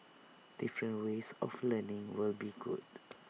different ways of learning would be good